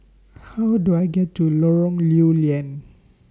How Do I get to Lorong Lew Lian